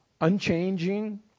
unchanging